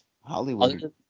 Hollywood